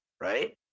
right